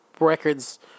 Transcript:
record's